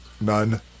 None